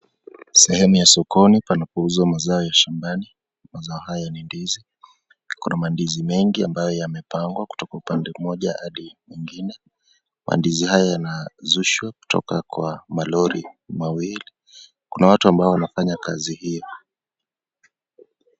Sehemu ya sokoni panapouzwa mazao ya shambani. Mazao haya ni ndizi, kuna mandizi mengi ambayo yamepangwa kutoka upande mmoja hadi mwingine. Mandizi haya yanazushwa kutoka kwa malori mawili. Kuna watu ambao wanafanya kazi hiyo.